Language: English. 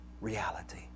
reality